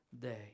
day